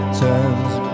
turns